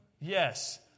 Yes